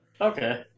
Okay